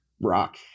rock